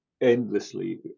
endlessly